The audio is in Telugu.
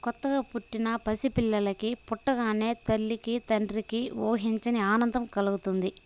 కొత్తగా పుట్టిన పసి పిల్లలకి పుట్టగానే తల్లికి తండ్రికి ఊహించని ఆనందం కలుగుతుంది